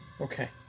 Okay